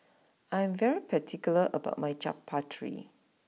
I am particular about my Chaat Papri